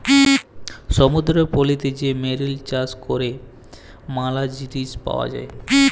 সমুদ্দুরের পলিতে যে মেরিল চাষ ক্যরে ম্যালা জিলিস পাওয়া যায়